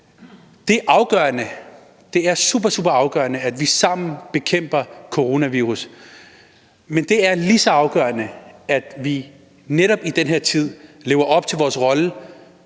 supersuperafgørende, at vi sammen bekæmper coronavirussen, men det er lige så afgørende, at vi netop i den her tid lever op til vores rolle